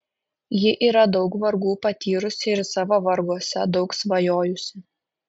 ji yra daug vargų patyrusi ir savo varguose daug svajojusi